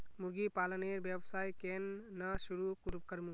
मुर्गी पालनेर व्यवसाय केन न शुरु करमु